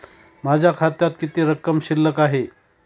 माझ्या खात्यात किती रक्कम शिल्लक आहे?